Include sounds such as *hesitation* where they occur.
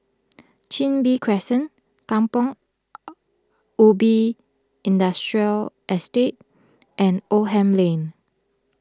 Chin Bee Crescent Kampong *hesitation* Ubi Industrial Estate and Oldham Lane